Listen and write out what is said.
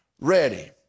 ready